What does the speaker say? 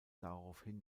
daraufhin